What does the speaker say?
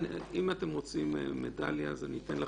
אם אתם רוצים מדליה אני אתן לכם.